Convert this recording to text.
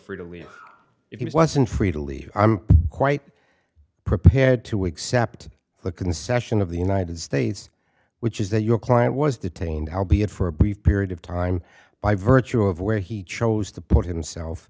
free to leave if he wasn't free to leave i'm quite prepared to accept the concession of the united states which is that your client was detained how be it for a brief period of time by virtue of where he chose to put himself